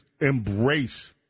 embrace